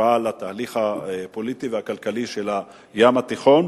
ההשפעה על התהליך הפוליטי והכלכלי של הים התיכון.